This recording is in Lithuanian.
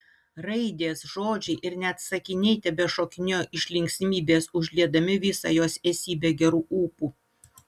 raidės žodžiai ir net sakiniai tebešokinėjo iš linksmybės užliedami visą jos esybę geru ūpu